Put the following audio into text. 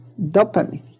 dopamine